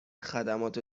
خدمات